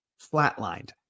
flatlined